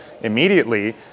immediately